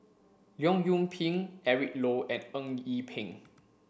Leong Yoon Pin Eric Low and Eng Yee Peng